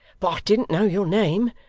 but i didn't know your name.